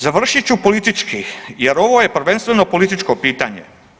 Završit ću politički jer ovo je prvenstveno političko pitanje.